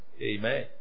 Amen